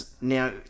now